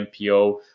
MPO